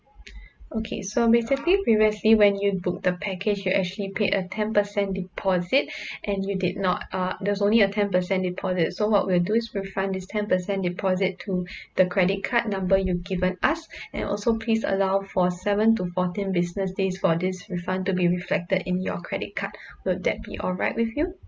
okay so basically previously when you booked the package you actually paid a ten percent deposit and you did not uh there was only a ten percent deposit so what we'll do is refund this ten percent deposit to the credit card number you've given us and also please allow for seven to fourteen business days for this refund to be reflected in your credit card will that be alright with you